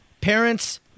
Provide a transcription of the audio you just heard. parents